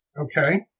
Okay